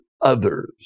others